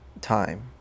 time